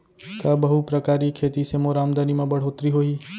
का बहुप्रकारिय खेती से मोर आमदनी म बढ़होत्तरी होही?